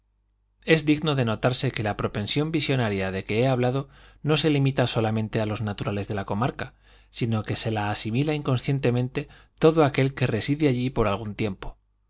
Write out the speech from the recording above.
es digno de notarse que la propensión visionaria de que he hablado no se limita solamente a los naturales de la comarca sino que se la asimila inconscientemente todo aquel que reside allí por algún tiempo